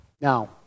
Now